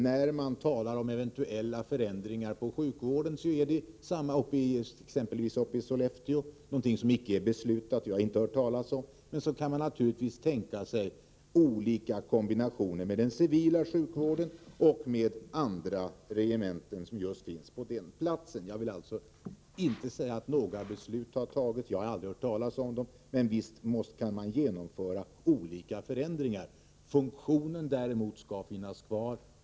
När man talar om eventuella förändringar inom sjukvården gäller detsamma som uppe i Sollefteå, nämligen att det är något som icke är beslutat, jag har inte hört talas om det. Men man kan naturligtvis tänka sig olika kombinationer med den civila sjukvården och med andra regementen som finns just på den platsen. Jag vill alltså inte säga att några beslut har tagits — jag har aldrig hört talas om dem. Men visst kan man genomföra olika förändringar — funktionen däremot skall finnas kvar.